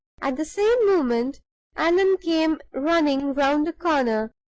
at the same moment allan came running round the corner,